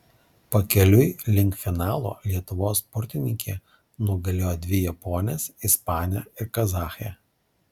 pakeliui link finalo lietuvos sportininkė nugalėjo dvi japones ispanę ir kazachę